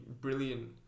brilliant